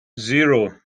zero